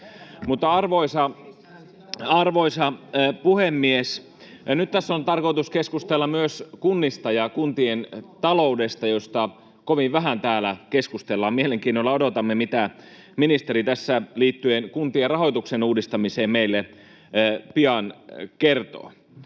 Arvoisa puhemies! Nyt tässä on tarkoitus keskustella myös kunnista ja kuntien taloudesta, joista kovin vähän täällä keskustellaan. Mielenkiinnolla odotamme, mitä ministeri tässä liittyen kuntien rahoituksen uudistamiseen meille pian kertoo.